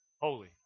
Holy